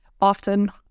often